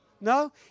No